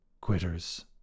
Quitters